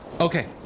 Okay